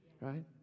Right